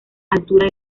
altura